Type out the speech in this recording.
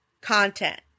content